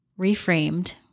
reframed